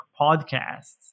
podcasts